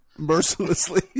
mercilessly